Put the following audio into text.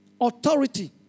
Authority